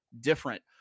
different